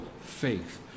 faith